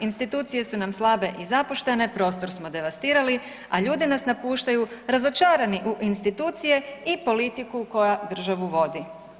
Institucije su nam slabe i zapuštene, prostor smo devastirali, a ljudi nam napuštaju razočarani u institucije i politiku koja državu vodi.